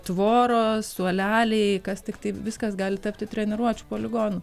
tvoros suoleliai kas tik taip viskas gali tapti treniruočių poligonu